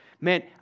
man